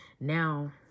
Now